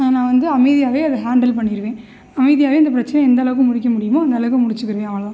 நான் வந்து அமைதியாகவே அதை ஹேண்டில் பண்ணிடுவேன் அமைதியாகவே இந்த பிரச்சினைய எந்த அளவுக்கு முடிக்க முடியுமோ அந்த அளவு முடிச்சுக்கிடுவேன் அவ்வளதான்